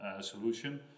solution